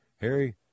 Harry